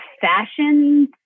fashion